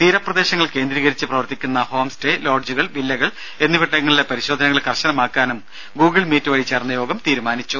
തീരപ്രദേശങ്ങൾ കേന്ദ്രീകരിച്ച് പ്രവർത്തിക്കുന്ന ഹോംസ്റ്റേ ലോഡ്ജുകൾ വില്ലകൾ എന്നിവിടങ്ങളിലെ പരിശോധനകൾ കർശനമാക്കാനും ഗൂഗിൾ മീറ്റ് വഴി ചേർന്ന യോഗം തീരുമാനിച്ചു